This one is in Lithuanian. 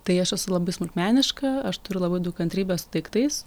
tai aš esu labai smulkmeniška aš turiu labai daug kantrybės su daiktais